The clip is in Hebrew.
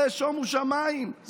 זה שומו שמיים,